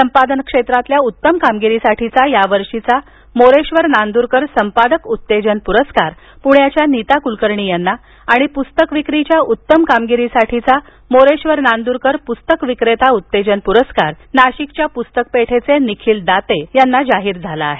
संपादन क्षेत्रातील उत्तम कामगिरीसाठीचा या वर्षीचा मोरेश्वर नांद्रकर संपादक उत्तेजन प्रस्कार प्ण्याच्या नीता कुलकर्णी यांना आणि पुस्तक विक्रीच्या उत्तम कामगिरीसाठीचा मोरेश्वर नांदूरकर पुस्तक विक्रेता उत्तेजन पुरस्कार नाशिकच्या पुस्तक पेठेचे निखिल दाते यांना जाहीर झाला आहे